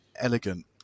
elegant